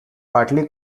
partly